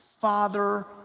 father